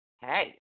Hey